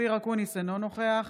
אופיר אקוניס, אינו נוכח